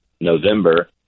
November